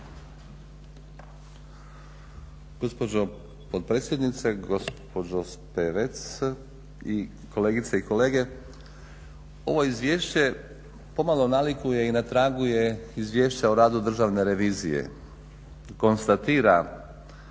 Gospođo potpredsjednice, gospođo Spevec i kolegice i kolege. Ovo izvješće pomalo nalikuje i na tragu je izvješća o radu Državne revizije. Konstatira